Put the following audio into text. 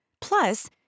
Plus